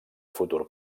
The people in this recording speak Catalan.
futur